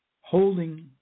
Holding